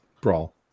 Brawl